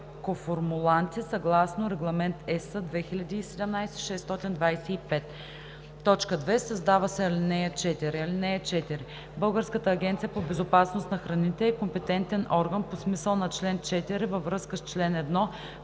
коформуланти, съгласно Регламент (ЕС) 2017/625“. 2. Създава се ал. 4: „(4) Българската агенция по безопасност на храните е компетентен орган по смисъла на чл. 4 във връзка с чл. 1,